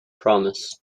promise